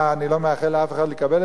אני לא מאחל לאף אחד לקבל את זה,